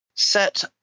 set